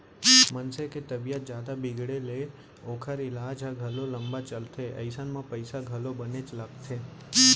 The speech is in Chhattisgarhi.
मनसे के तबीयत जादा बिगड़े ले ओकर ईलाज ह घलौ लंबा चलथे अइसन म पइसा घलौ बनेच लागथे